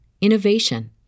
innovation